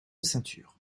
ceinture